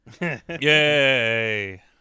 Yay